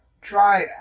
try